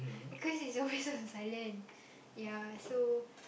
because it's always on silent ya so